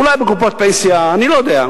אולי בקופות פנסיה, אני לא יודע.